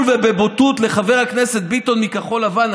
ובבוטות לחבר הכנסת ביטון מכחול לבן,